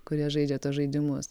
kurie žaidžia tuos žaidimus